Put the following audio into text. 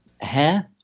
Hair